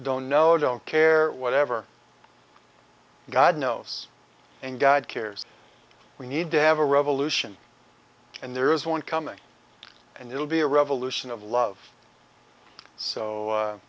don't know or don't care whatever god knows and god cares we need to have a revolution and there is one coming and it will be a revolution of love so